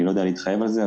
אני לא יודע להתחייב על זה.